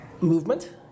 movement